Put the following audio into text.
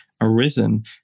arisen